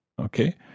Okay